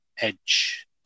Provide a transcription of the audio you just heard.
Edge